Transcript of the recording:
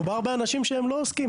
מדובר באנשים שהם לא עוסקים.